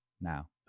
Now